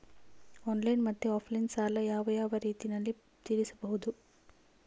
Online ಮತ್ತೆ offline ಸಾಲ ಯಾವ ಯಾವ ರೇತಿನಲ್ಲಿ ತೇರಿಸಬಹುದು?